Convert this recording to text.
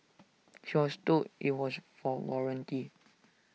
she was told IT was for warranty